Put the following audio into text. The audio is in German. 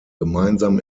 gemeinsam